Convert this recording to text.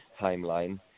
timeline